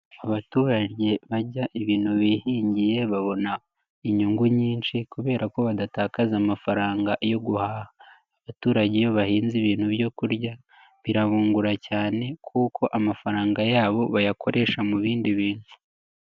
Abaturage bajya ibintu bihingiye, babona inyungu nyinshi kubera ko badatakaza amafaranga yo guhaha, abaturage iyo bahinze ibintu byo kurya birabungura cyane, kuko amafaranga yabo bayakoresha mu bindi bintu.